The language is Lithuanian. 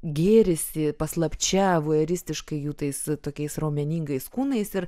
gėrisi paslapčia vueristiškai jų tais tokiais raumeningais kūnais ir